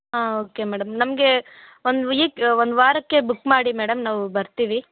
ಹಾಂ okay madam ನಮಗೆ ಒಂದು ವೀಕ್ ಒಂದು ವಾರಕ್ಕೆ ಬುಕ್ ಮಾಡಿ ಮೇಡಮ್ ನಾವು ಬರ್ತೀವಿ